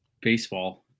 baseball